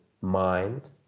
mind